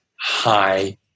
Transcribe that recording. high